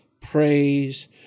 praise